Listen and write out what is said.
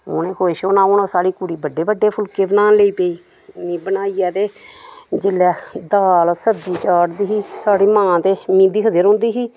उ'नें खुश होना कि साढ़ी कुड़ी बड्डे बड्डे फुलके बनान लगी पेई ओह् बनाइये ते जेल्लै दाल सब्जी चाढ़दी ही साढ़ी मां ते में दिक्खदे रौहंदी ही